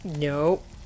nope